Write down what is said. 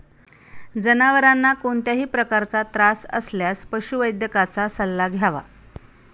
जनावरांना कोणत्याही प्रकारचा त्रास असल्यास पशुवैद्यकाचा सल्ला घ्यावा